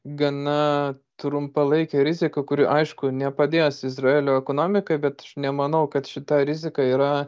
gana trumpalaikė rizika kuri aišku nepadės izraelio ekonomikai bet nemanau kad šita rizika yra